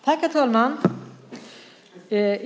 Herr talman!